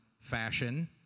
fashion